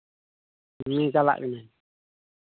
ᱦᱩᱸ ᱪᱟᱞᱟᱜ ᱠᱟᱹᱱᱟᱹᱧ